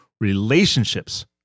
Relationships